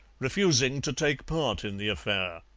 refusing to take part in the affair.